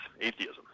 atheism